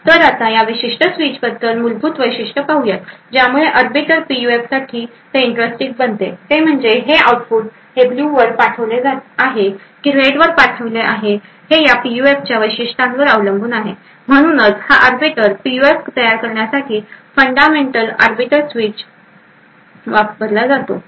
तर आता या विशिष्ट स्विचबद्दल मूलभूत वैशिष्ट्य पाहुयात ज्यामुळे आर्बिटर पीयूएफसाठी ते इंटरेस्टिंग बनते ते म्हणजे हे आउटपुट हे ब्ल्यू वर पाठवले आहे की रेड वर पाठविले आहे हे या पीयूएफच्या वैशिष्ट्यांवर अवलंबून आहे म्हणून हा आर्बिटर पीयूएफ तयार करण्यासाठी फंडामेंटल आर्बिटर स्विच वापरला जातो